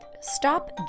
stop